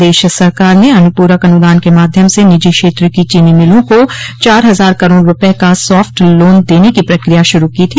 प्रदेश सरकार ने अनुपूरक अनुदान के माध्यम से निजी क्षेत्र की चीनी मिलों को चार हजार करोड़ रूपये का साफट लोन देने की प्रकिया शुरू की थी